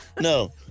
No